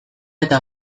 eta